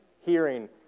hearing